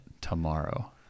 tomorrow